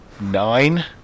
nine